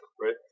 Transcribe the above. right